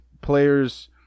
players